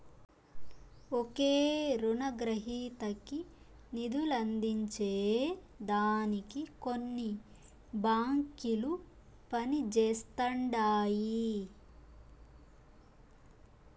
ఒకే రునగ్రహీతకి నిదులందించే దానికి కొన్ని బాంకిలు పనిజేస్తండాయి